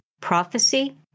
prophecy